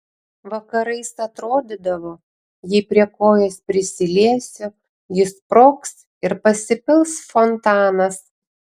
vakarais atrodydavo jei prie kojos prisiliesiu ji sprogs ir pasipils fontanas